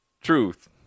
Truth